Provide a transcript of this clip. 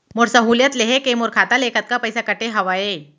मोर सहुलियत लेहे के मोर खाता ले कतका पइसा कटे हवये?